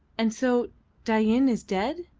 and so dain is dead,